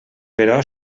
però